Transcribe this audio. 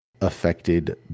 affected